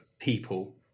people